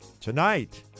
Tonight